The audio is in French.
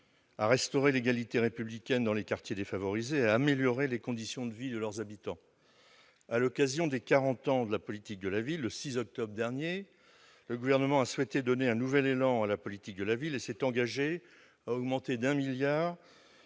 à restaurer l'égalité républicaine dans les quartiers défavorisés et à améliorer les conditions de vie de leurs habitants. À l'occasion des quarante ans de la politique de la ville, le 6 octobre dernier, le Gouvernement a souhaité donner un nouvel élan à la politique de la ville et s'est engagé à augmenter de 1 milliard